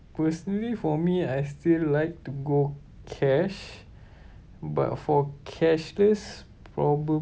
personally for me I still like to go cash but for cashless